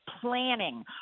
planning